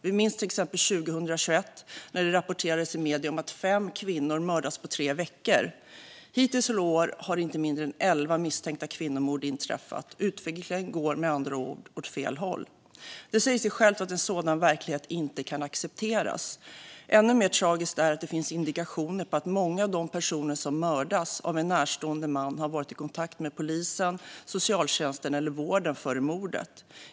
Vi minns till exempel 2021, när det rapporterades i medierna om att fem kvinnor mördats på tre veckor. Hittills i år har inte mindre än elva misstänka kvinnomord inträffat. Utvecklingen går med andra ord åt fel håll. Det säger sig självt att en sådan verklighet inte kan accepteras. Ännu mer tragiskt är att det finns indikationer på att många av de personer som mördas av en närstående man har varit i kontakt med polisen, socialtjänsten eller vården före mordet.